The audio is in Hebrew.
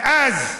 מאז,